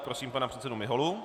Prosím pana předsedu Miholu.